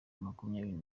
makumyabiri